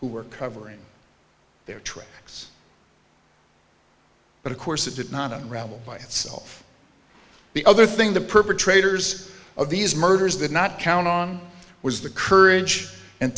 who were covering their tracks but of course it did not rebel by itself the other thing the perpetrators of these murders did not count on was the courage and